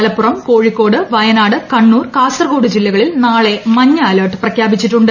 മലപ്പുറം കോഴിക്കോട് വയനാട് കണ്ണൂർ കാസർകോട് ജില്ലകളിൽ നാളെ മഞ്ഞ അലർട്ട് പ്രഖ്യാപിച്ചിട്ടുണ്ട്